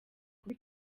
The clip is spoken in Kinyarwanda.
kuba